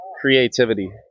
creativity